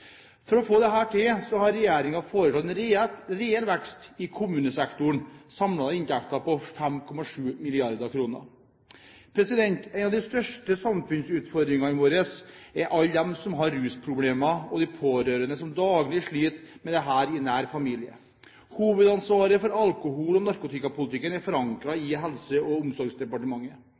For å få til dette har regjeringen foreslått en reell vekst i kommunesektorens samlede inntekter på 5,7 mrd. kr. En av de største samfunnsutfordringene våre er alle de som har rusproblemer, og de pårørende som daglig sliter med dette i nær familie. Hovedansvaret for alkohol- og narkotikapolitikken er forankret i Helse- og omsorgsdepartementet.